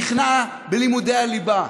נכנע בלימודי הליבה,